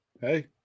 Hey